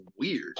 weird